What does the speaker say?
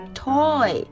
toy